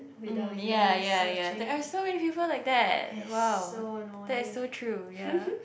mm ya ya ya there are so many people like that !wow! that is so true ya